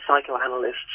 psychoanalysts